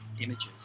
images